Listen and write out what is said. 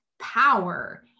power